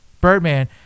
Birdman